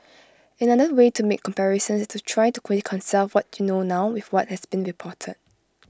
another way to make comparisons is to try to reconcile what you know now with what has been reported